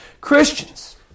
Christians